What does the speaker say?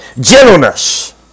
Gentleness